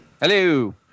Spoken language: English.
Hello